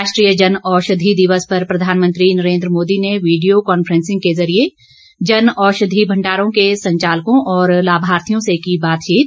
राष्ट्रीय जन औषधि दिवस पर प्रधानमंत्री नरेन्द्र मोदी ने वीडियो कांफ्रेंसिंग के जरिये जन औषधि भण्डारों के संचालकों और लाभार्थियों से की बातचीत